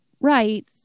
right